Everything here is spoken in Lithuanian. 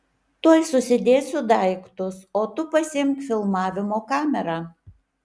tuoj susidėsiu daiktus o tu pasiimk filmavimo kamerą